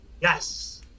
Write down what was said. Yes